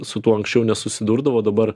su tuo anksčiau nesusidurdavo dabar